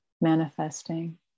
manifesting